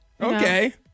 Okay